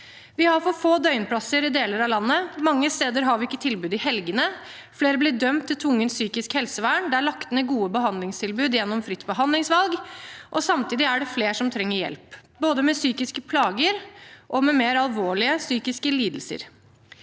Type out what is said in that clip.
Vi har for få døgnplasser i deler av landet. Mange steder har ikke tilbud i helgene. Flere blir dømt til tvungent psykisk helsevern. Det er lagt ned gode behandlingstilbud gjennom fritt behandlingsvalg, og samtidig er det flere som trenger hjelp, både med psykiske plager og med mer alvorlige psykiske lidelser.